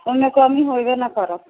ओहिमे कमी होयबे ना करत